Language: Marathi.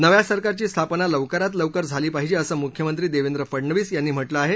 नव्या सरकारची स्थापना लवकरात लवकर झाली पाहिजे असं मुख्यमंत्री देवेंद्र फडनवीस यांनी म्हटलं आहे